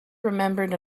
remembered